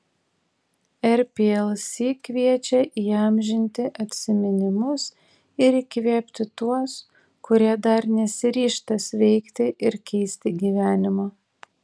rplc kviečia įamžinti atsiminimus ir įkvėpti tuos kurie dar nesiryžta sveikti ir keisti gyvenimo